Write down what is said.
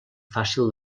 fàcil